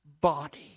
body